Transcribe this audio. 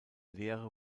lehre